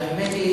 האמת היא,